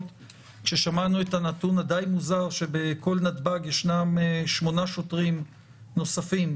כששמענו את הנתון הדי מוזר שבכל נתב"ג ישנם שמונה שוטרים נוספים,